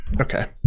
Okay